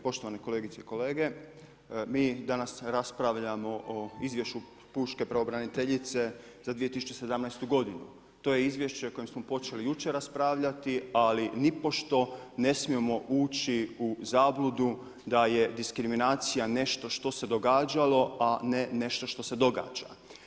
Poštovane kolegice i kolege, mi danas raspravljamo o izvješću pučke pravobraniteljice za 2017. g., to je izvješće o kojem smo počeli jučer raspravljati ali nipošto ne smijemo ući u zabludu da je diskriminacija nešto što se događalo a ne nešto što se događa.